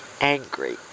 angry